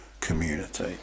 community